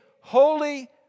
Holy